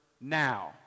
now